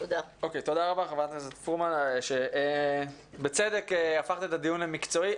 תודה חברת הכנסת פרומן שהפכת את הדיון למקצועי.